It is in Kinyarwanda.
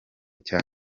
cya